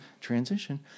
transition